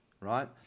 right